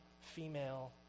female